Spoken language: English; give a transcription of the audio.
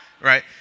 Right